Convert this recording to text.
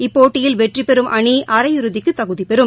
இப்போட்டியில் வெற்றிபெறும் அணி அரையிறுதிக்கு தகுதிபெறும்